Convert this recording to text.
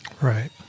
Right